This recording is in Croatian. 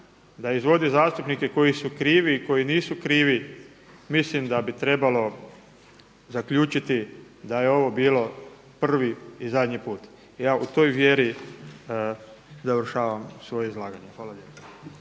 da izvodi zastupnike koji su krivi i koji nisu krivi mislim da bi trebalo zaključiti da je ovo bilo prvi i zadnji put. Ja u toj vjeri završavam svoje izlaganje. Hvala lijepa.